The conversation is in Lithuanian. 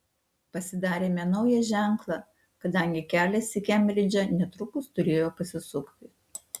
pasidarėme naują ženklą kadangi kelias į kembridžą netrukus turėjo pasisukti